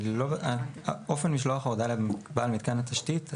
אופן משלוח ההודעה לבעל מתקן התשתית,